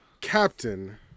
captain